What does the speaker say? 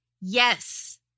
Yes